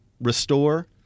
restore